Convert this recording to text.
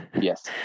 yes